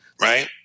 right